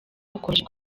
ukomeje